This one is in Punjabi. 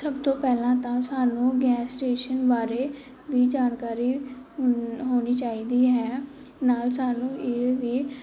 ਸਭ ਤੋਂ ਪਹਿਲਾਂ ਤਾਂ ਸਾਨੂੰ ਗੈਸ ਸਟੇਸ਼ਨ ਬਾਰੇ ਵੀ ਜਾਣਕਾਰੀ ਹੁੰਦੀ ਹੋਣੀ ਚਾਹੀਦੀ ਹੈ ਨਾਲ ਸਾਨੂੰ ਇਹ ਵੀ